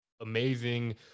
amazing